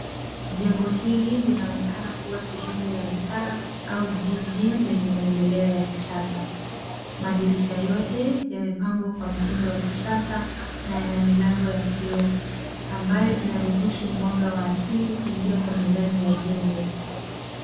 Jengo hili linaonekana kuwa sehemu ya mtaa au jiji lenye maendeleo ya kisasa. Madirisha yote yamepangwa kwa mtindo wa kisasa na yana milango ya kioo ambayo inaruhusu mwanga wa asili kuingia kwenye ndani ya jengo.